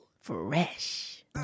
fresh